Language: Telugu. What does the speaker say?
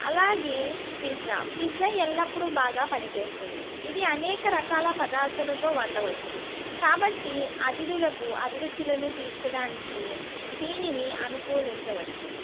అలాగే పిజ్జా పిజ్జా ఎల్లప్పుడూ బాగా పనిచేస్తుంది ఇది అనేక రకాల పదార్థాలతో వండవచ్చు కాబట్టి అతిధులకు అభిరుచులను తీర్చడానికి దీనిని అనుకూలించవచ్చు